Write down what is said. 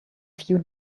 few